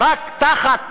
רק תחת